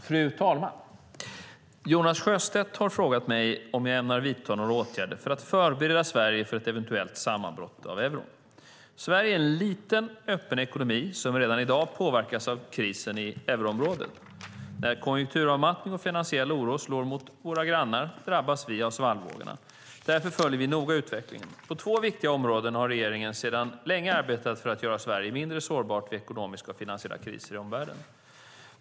Fru talman! Jonas Sjöstedt har frågat mig om jag ämnar vidta några åtgärder för att förbereda Sverige för ett eventuellt sammanbrott av euron. Sverige är en liten, öppen ekonomi som redan i dag påverkas av krisen i euroområdet. När konjunkturavmattning och finansiell oro slår mot våra grannar drabbas vi av svallvågorna. Därför följer vi noga utvecklingen. På två viktiga områden har regeringen sedan länge arbetat för att göra Sverige mindre sårbart vid ekonomiska och finansiella kriser i omvärlden.